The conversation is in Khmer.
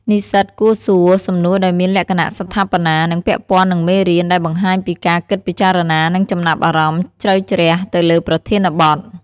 និស្សិតគួរសួរ សំណួរដែលមានលក្ខណៈស្ថាបនា និងពាក់ព័ន្ធនឹងមេរៀន ដែលបង្ហាញពីការគិតពិចារណា និងចំណាប់អារម្មណ៍ជ្រៅជ្រះទៅលើប្រធានបទ។